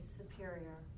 superior